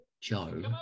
Joe